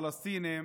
הפלסטינים